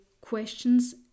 questions